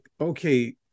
okay